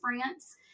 France